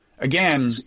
Again